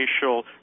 spatial